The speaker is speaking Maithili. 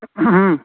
ह्म्म